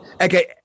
okay